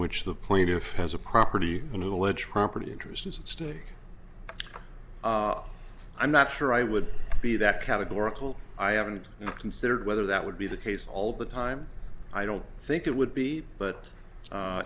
which the plaintiff has a property and alleged property interest is at stake i'm not sure i would be that categorical i haven't considered whether that would be the case all the time i don't think it would be but